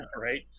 Right